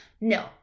No